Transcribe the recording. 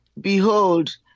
behold